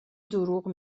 دروغ